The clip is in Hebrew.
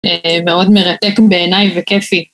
מאוד מרתק בעיניי וכיפי.